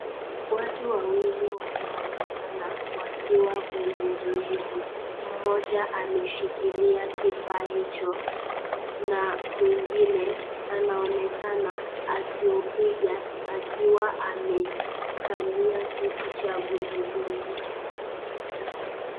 Watu wawaili wanaonekana wakiwa kwenye zoezi. Mmoja ameshikilia kifaa hicho, na mwengine anaonekana akiupiga akiwa amekalia kiti cha gurudumu